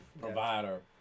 provider